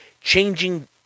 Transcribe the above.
changing